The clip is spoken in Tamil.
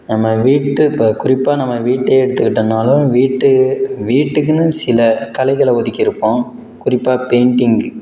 நம்ம வீட்டு இப்போ குறிப்பாக நம்ம வீட்டையே எடுத்திக்கிட்டேன்னாலும் வீட்டு வீட்டுக்குன்னு சில கலைகளை ஒதுக்கிருப்போம் குறிப்பாக பெயிண்ட்டிங்